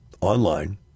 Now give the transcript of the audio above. online